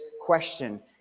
question